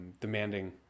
demanding